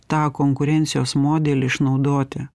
tą konkurencijos modelį išnaudoti